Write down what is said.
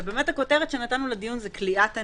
ובאמת, הכותרת שנתנו לדיון הוא "כליאת עניים".